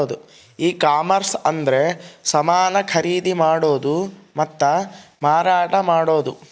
ಈ ಕಾಮರ್ಸ ಅಂದ್ರೆ ಸಮಾನ ಖರೀದಿ ಮಾಡೋದು ಮತ್ತ ಮಾರಾಟ ಮಾಡೋದು